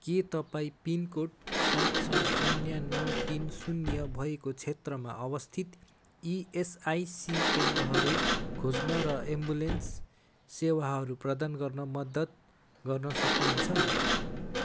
के तपाईँँ पिनकोड सात छ शून्य नौ तिन शून्य भएको क्षेत्रमा अवस्थित इएसआइसी केन्द्रहरू खोज्न र एम्बुलेन्स सेवाहरू प्रदान गर्न मद्दत गर्न सक्नुहुन्छ